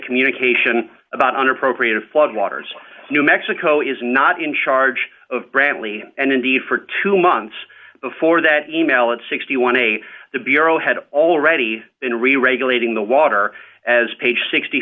communication about unappropriated floodwaters new mexico is not in charge of bradley and indeed for two months before that e mail at sixty one a the bureau had already been reregulating the water as page sixty